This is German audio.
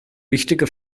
wichtige